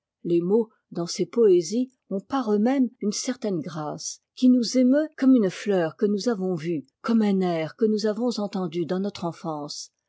les mots dans ces poésies ont par eux-mêmes une certaine grâce qui nous émeut comme une fleur que nous avons vue comme un air que nous avons entendu dans notre enfance